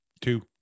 Two